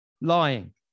lying